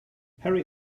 harry